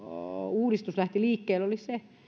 uudistus lähti liikkeelle oli se